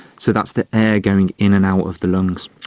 so that's the air going in and out of the lungs.